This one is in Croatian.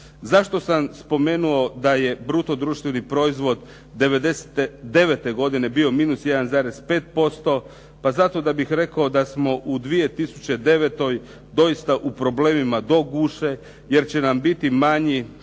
Zašto sam spomenuo da je bruto društveni proizvod '99. godine bio -1,5%? Pa zato da bih rekao da smo u 2009. doista u problemima do guše jer će nam biti manji